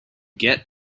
get